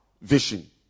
vision